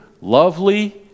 lovely